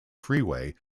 freeway